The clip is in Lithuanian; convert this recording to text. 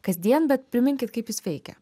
kasdien bet priminkit kaip jis veikia